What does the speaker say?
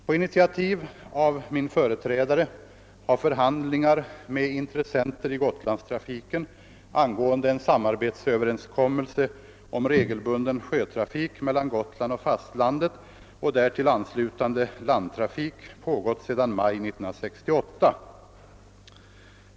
På initiativ av min företrädare har förhandlingar med intressenter i Gotlandstrafiken angående en samarbetsöverenskommelse om regelbunden sjö trafik mellan Gotland och fastlandet och därtill anslutande landtrafik pågått sedan maj 1968.